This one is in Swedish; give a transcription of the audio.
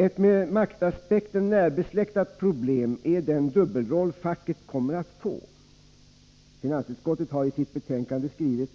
Ett med maktaspekten närbesläktat problem är den dubbelroll facket kommer att få. Finansutskottet har i sitt betänkande skrivit: